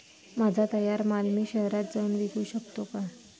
माझा तयार माल मी शहरात जाऊन विकू शकतो का?